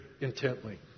intently